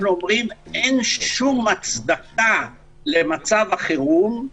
אנחנו אומרים, אין שום הצדקה למצב החירום,